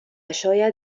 شاید